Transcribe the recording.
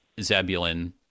Zebulun